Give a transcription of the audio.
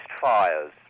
fires